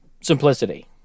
simplicity